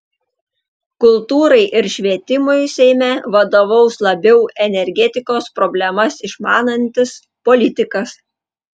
kultūrai ir švietimui seime vadovaus labiau energetikos problemas išmanantis politikas